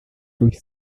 durch